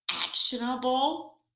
actionable